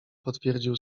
potwierdził